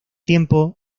tiempo